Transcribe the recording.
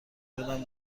شدم